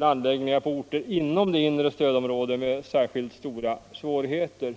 anläggningar på orter inom det inre stödområdet med särskilt stora svårigheter.